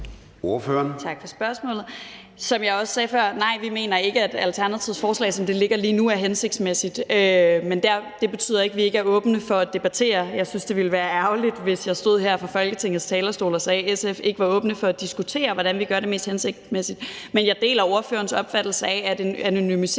Tak for spørgsmålet. Som jeg også sagde før: Nej, vi mener ikke, at Alternativets forslag, som det ligger lige nu, er hensigtsmæssigt. Men det betyder ikke, at vi ikke er åbne over for at debattere det. Jeg synes, det ville være ærgerligt, hvis jeg stod her fra Folketingets talerstol og sagde, at SF ikke var åbne over for at diskutere, hvordan vi gør det mest hensigtsmæssigt. Men jeg deler ordførerens opfattelse af, at en anonymisering ville